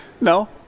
No